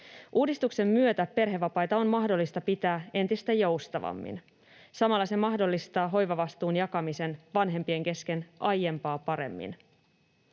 Uudistuksen myötä perhevapaita on mahdollista pitää entistä joustavammin. Samalla se mahdollistaa hoivavastuun jakamisen vanhempien kesken aiempaa paremmin.